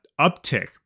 uptick